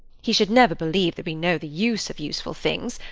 he should never believe that we know the use of useful things.